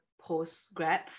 post-grad